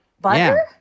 Butter